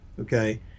Okay